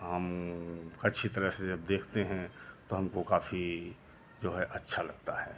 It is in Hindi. हम अच्छी तरह से जब देखते हैं तो हमको काफ़ी जो है अच्छा लगता है